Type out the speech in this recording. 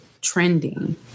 trending